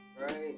Right